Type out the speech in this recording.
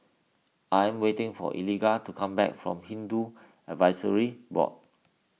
I am waiting for Eliga to come back from Hindu Advisory Board